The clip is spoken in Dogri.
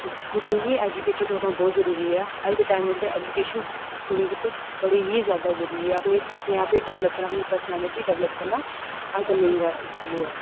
कुड़ियें गी ऐजुकेटिड़ होना बहुत जरुरी ऐ अज दे टाइम उप्पर ऐजुकेशन कुड़ियें गितै बड़ी ई जैदा जरुरी ऐ अपने आप गी डवैल्प बनाने गितै परसनैलिटी गी डवैल्प करना अजकल ओह् ऐ